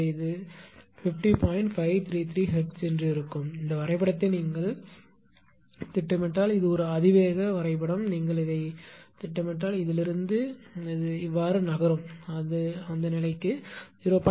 533 hertz இருக்கும் இந்த வரைபடத்தை நீங்கள் திட்டமிட்டால் இது ஒரு அதிவேக வரைபடம் நீங்கள் இதை திட்டமிட்டால் இது இதிலிருந்து இது போல் நகரும் அது நிலைக்கு 0